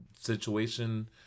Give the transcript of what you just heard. Situation